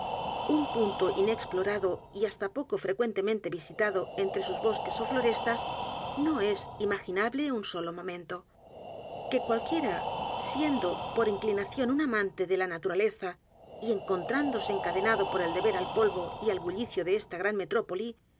un punto inexplorado y hasta poco frecuentemente visitado entre sus bosques ó florestas no es imaginable un solo momento que cualquiera siendo por inclinación un amante de la naturaleza y encontrándose encadenado por el deber al polvo y al bullicio de esta gran metrópoli